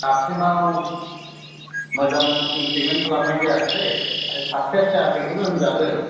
दासिमाव मोजां इमप्लिमेन्ट खालामनाय जायाखसै आरो साक्सेस जायाखै खौनो होनजागोन